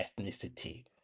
ethnicity